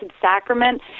Sacrament